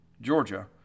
Georgia